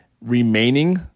remaining